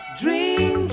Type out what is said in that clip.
dream